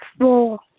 Four